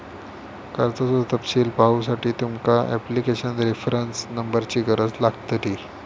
कर्जाचो तपशील पाहुसाठी तुमका ॲप्लीकेशन रेफरंस नंबरची गरज लागतली